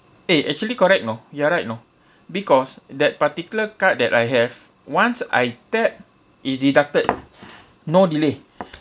eh actually correct you know you are right you know because that particular card that I have once I tap it deducted no delay